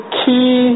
key